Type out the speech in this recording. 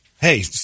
Hey